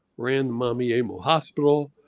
ran mama yemo hospital.